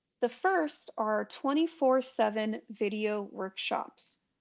the first are twenty four seven video workshops.